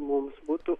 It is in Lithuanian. mums būtų